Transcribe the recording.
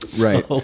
Right